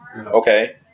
Okay